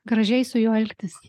gražiai su juo elgtis